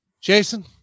Jason